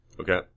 Okay